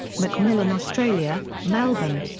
macmillan australia, melbourne.